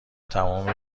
تموم